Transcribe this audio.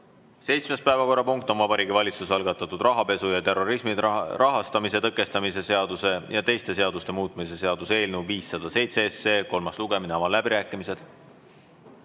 Seitsmes päevakorrapunkt on Vabariigi Valitsuse algatatud rahapesu ja terrorismi rahastamise tõkestamise seaduse ja teiste seaduste muutmise seaduse eelnõu 507 kolmas lugemine. Avan läbirääkimised.